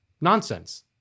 nonsense